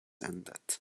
ended